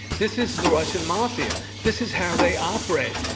this is the russian mafia. this is how they operate.